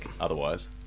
otherwise